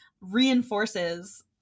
reinforces